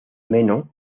meno